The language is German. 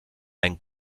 ein